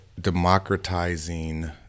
democratizing